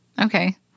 okay